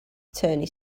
attorney